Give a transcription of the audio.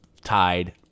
tied